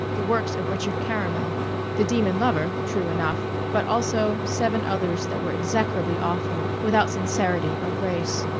the works of richard caramel the demon lover, true enough. but also seven others that were execrably awful, without sincerity or grace.